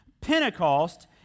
Pentecost